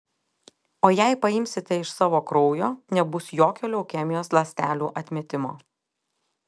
o jei paimsite iš savo kraujo nebus jokio leukemijos ląstelių atmetimo